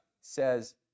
says